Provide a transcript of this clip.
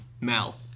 mal